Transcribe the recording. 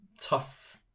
tough